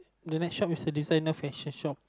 the next shop is the designer fashion shop